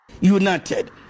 United